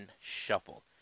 shuffle